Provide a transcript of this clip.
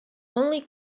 only